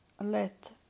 let